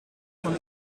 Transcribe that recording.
van